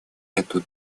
эту